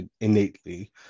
innately